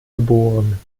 geboren